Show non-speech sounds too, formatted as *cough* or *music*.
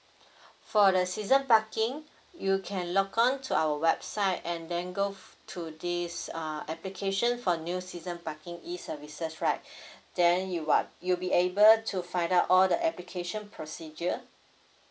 for the season parking you can log on to our website and then go f~ to this err application for new season parking eservices right *breath* then you what you'll be able to find out all the application procedure